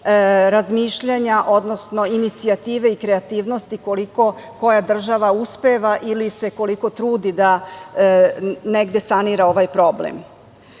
razmišljanja, odnosno inicijative i kreativnosti koliko koja država uspeva ili se koliko trudi da negde sanira ovaj problem. Nije